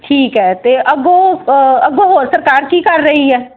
ਠੀਕ ਹੈ ਅਤੇ ਅੱਗੋਂ ਅੱਗੋਂ ਹੋਰ ਸਰਕਾਰ ਕੀ ਕਰ ਰਹੀ ਹੈ